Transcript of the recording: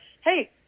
hey